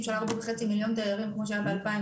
של 4.5 מיליון תיירים כמו שהיה ב-2019.